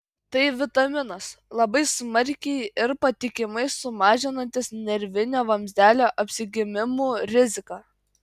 tai vitaminas labai smarkiai ir patikimai sumažinantis nervinio vamzdelio apsigimimų riziką